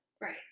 Right